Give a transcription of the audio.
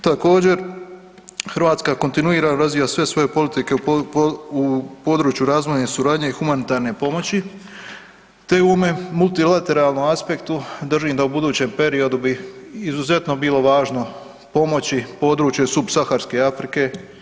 Također, Hrvatska kontinuirano razvija sve svoje politike u području razvojne suradnje i humanitarne pomoći te u ovome multilateralnom aspektu držim da u budućem periodu bi izuzetno bi bilo pomoći područje Subsaharske Afrike.